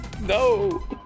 no